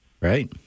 Right